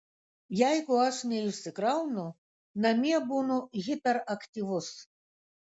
jeigu aš neišsikraunu namie būnu hiperaktyvus